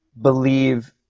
believe